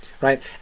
right